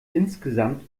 insgesamt